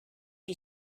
you